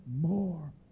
more